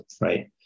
right